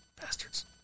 bastards